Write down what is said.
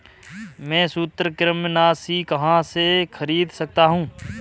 मैं सूत्रकृमिनाशी कहाँ से खरीद सकता हूँ?